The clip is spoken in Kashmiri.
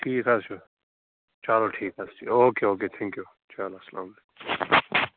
ٹھیٖک حظ چھُ چلو ٹھیٖک حظ چھُ okay okay thank you چلو اسلام علیکُم